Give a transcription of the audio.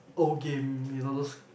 old game you know those